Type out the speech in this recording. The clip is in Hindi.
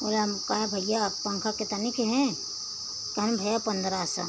बोला हम कहे भईया पंखा कितने के हैं कहेन भैया पन्द्रह सौ